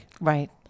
right